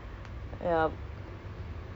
bila nak snow eh